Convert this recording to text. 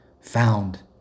found